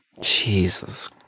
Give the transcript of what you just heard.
Jesus